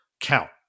count